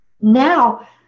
now